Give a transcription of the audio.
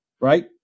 right